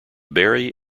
barry